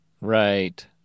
Right